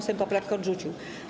Sejm poprawkę odrzucił.